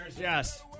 yes